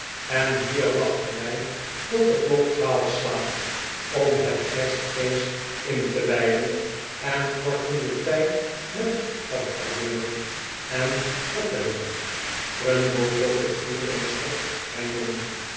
en hier wachten wij tot de klok twa'alf slaat om het kerstfeest in te wij den en korten den tijd met pandverbeuren en vertellen trundle pook het vuur eens op mijn jongen